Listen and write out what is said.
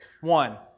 One